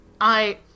I-